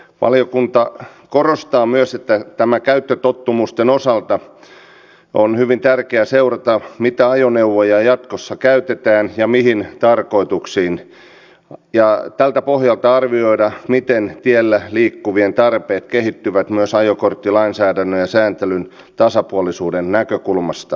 valiokunta korostaa myös että käyttötottumusten osalta on hyvin tärkeää seurata mitä ajoneuvoja jatkossa käytetään ja mihin tarkoituksiin ja tältä pohjalta arvioida miten tiellä liikkuvien tarpeet kehittyvät myös ajokorttilainsäädännön ja sääntelyn tasapuolisuuden näkökulmasta